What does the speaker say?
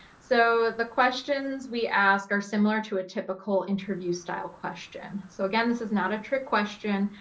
so the questions we ask are similar to a typical interview style question. so again, this is not a trick question,